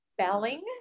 Spelling